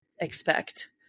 expect